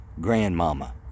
grandmama